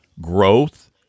growth